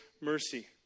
mercy